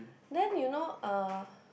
then you know uh